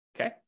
okay